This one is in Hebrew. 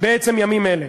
בעצם ימים אלה.